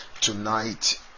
Tonight